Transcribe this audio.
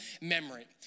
memory